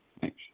Thanks